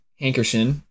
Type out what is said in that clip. Hankerson